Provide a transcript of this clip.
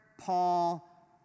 Paul